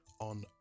on